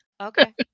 Okay